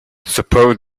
suppose